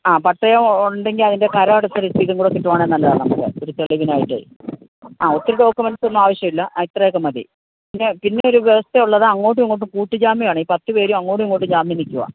ആ പട്ടയമുണ്ടെങ്കില് അതിൻ്റെ കരമടച്ച റെസീപ്റ്റും കൂടെ കിട്ടുവാണെങ്കില് നല്ലതാണ് നമുക്ക് ഒരു തെളിവിനായിട്ടേ ആ ഒത്തിരി ഡോക്യൂമെന്റ്സ് ഒന്നും ആവശ്യമില്ല അ ഇത്രയൊക്കെ മതി പിന്നെയൊരു വ്യവസ്ഥയുള്ളത് അങ്ങോട്ടും ഇങ്ങോട്ടും കൂട്ടുജാമ്യമാണേ പത്തു പേരും അങ്ങോട്ടും ഇങ്ങോട്ടും ജാമ്യം നില്ക്കുകയാണ്